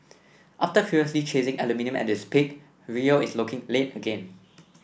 after previously chasing aluminium at its peak Rio is looking late again